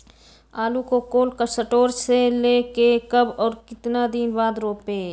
आलु को cold store से ले के कब और कितना दिन बाद रोपे?